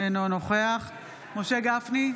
אינו נוכח משה גפני,